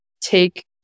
take